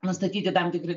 nustatyti tam tikri